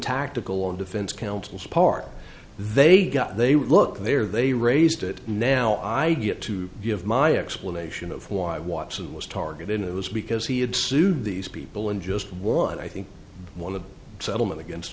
tactical on defense counsel's part they got they were looking there they raised it now i get to give my explanation of why watson was targeted it was because he had sued these people in just one i think one of the settlement against